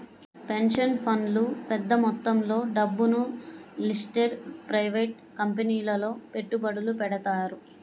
pension ఫండ్లు పెద్ద మొత్తంలో డబ్బును లిస్టెడ్ ప్రైవేట్ కంపెనీలలో పెట్టుబడులు పెడతారు